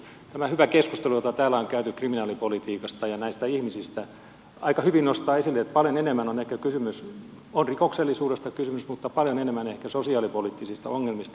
tämä hyvä keskustelu jota täällä on käyty kriminaalipolitiikasta ja näistä ihmisistä aika hyvin nostaa esille sen että paljon on ehkä kysymys rikoksellisuudesta mutta paljon enemmän ehkä sosiaalipoliittisista ongelmista